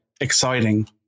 exciting